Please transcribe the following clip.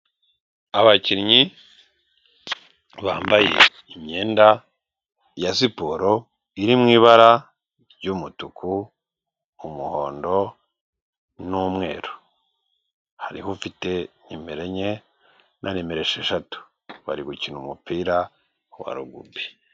Abakinyi bambaye imyenda ya siporo iri mu ibara ry'umutuku, umuhondo, n'umweru hariho ufite nimero enye na nimero esheshatu bari gukina umupira wa rugubi.